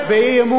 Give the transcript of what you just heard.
באי-אמון,